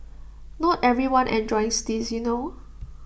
not everyone enjoys this you know